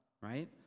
right